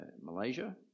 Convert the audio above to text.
Malaysia